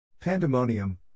Pandemonium